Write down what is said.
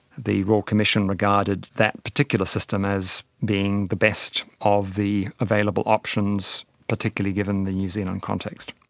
the royal commission regarded that particular system as being the best of the available options, particularly given the new zealand context.